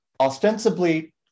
ostensibly